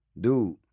Dude